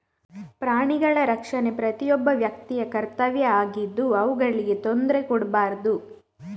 ಪ್ರಾಣಿಗಳ ರಕ್ಷಣೆ ಪ್ರತಿಯೊಬ್ಬ ವ್ಯಕ್ತಿಯ ಕರ್ತವ್ಯ ಆಗಿದ್ದು ಅವುಗಳಿಗೆ ತೊಂದ್ರೆ ಕೊಡ್ಬಾರ್ದು